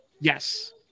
Yes